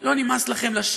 לא נמאס לכם מהצביעות הזאת?